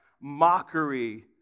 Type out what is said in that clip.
mockery